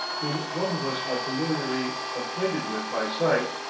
whom both of us are familiarly acquainted with by sight,